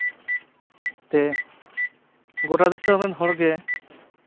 ᱛᱮ ᱜᱚᱴᱟ ᱫᱤᱥᱚᱢ ᱨᱮᱱ ᱦᱚᱲ ᱜᱮ